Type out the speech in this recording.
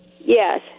Yes